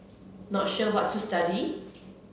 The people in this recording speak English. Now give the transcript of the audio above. not sure what to study